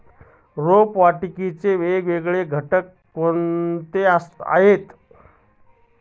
रोपवाटिकेचे वेगवेगळे घटक कोणते आहेत?